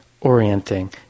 orienting